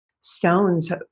stones